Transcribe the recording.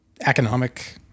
economic